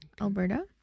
Alberta